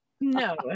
No